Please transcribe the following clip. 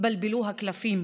התבלבלו הקלפים.